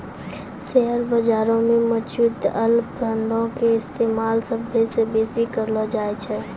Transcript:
share बजारो मे mutual फंडो के इस्तेमाल सभ्भे से बेसी करलो जाय छै